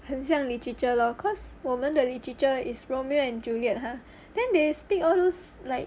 很像 literature lor cause 我们的 literature is romeo and juliet ah then they speak all those like